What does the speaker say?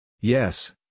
Yes